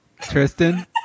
Tristan